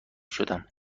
شدم